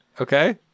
okay